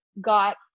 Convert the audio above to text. got